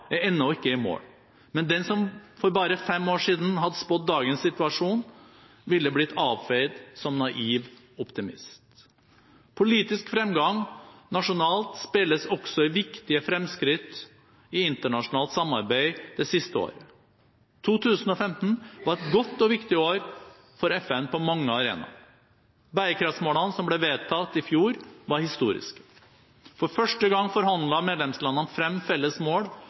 er ennå ikke i mål, men den som for bare fem år siden hadde spådd dagens situasjon, ville blitt avfeid som naiv optimist. Politisk fremgang nasjonalt speiles også i viktige fremskritt i internasjonalt samarbeid det siste året. 2015 var et godt og viktig år for FN på mange arenaer. Bærekraftsmålene som ble vedtatt i fjor, var historiske. For første gang forhandlet medlemslandene frem felles mål,